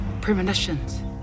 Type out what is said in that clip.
Premonitions